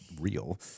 real